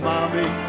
Mommy